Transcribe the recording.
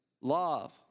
love